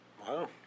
Wow